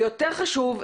ויותר חשוב,